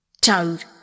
Toad